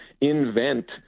invent